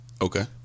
Okay